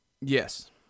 Yes